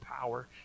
power